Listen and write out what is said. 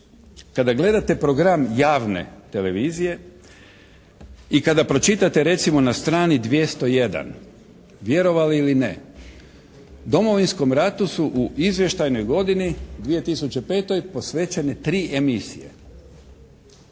Kada gledate program javne televizije i kada pročitate recimo na strani 201. vjerovali ili ne, Domovinskom ratu su u izvještajnoj godini 2005. posvećene tri emisije.